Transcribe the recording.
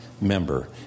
member